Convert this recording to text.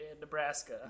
Nebraska